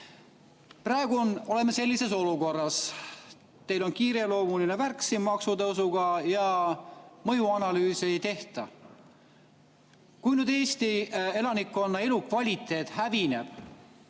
Praegu oleme sellises olukorras, et teil on kiireloomuline värk maksutõusuga ja mõjuanalüüse ei tehta. Kui nüüd Eesti elanikkonna elukvaliteet läheb